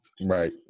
Right